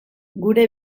gure